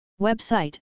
Website